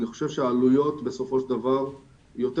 אני חושב שהעלויות בסופו של דבר יותר